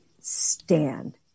stand